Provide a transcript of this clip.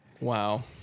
Wow